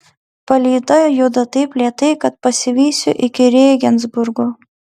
palyda juda taip lėtai kad pasivysiu iki rėgensburgo